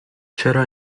چرا